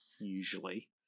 usually